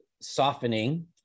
softening